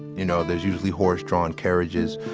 you know, there's usually horse-drawn carriages.